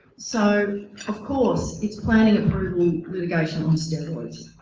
so of course it's planning approval litigation on steroids.